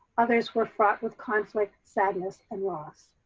others were fraught with conflict, sadness and loss.